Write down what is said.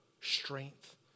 strength